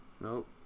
Nope